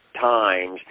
times